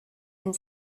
and